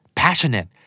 passionate